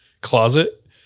closet